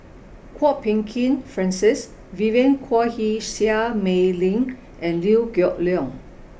Kwok Peng Kin Francis Vivien Quahe Seah Mei Lin and Liew Geok Leong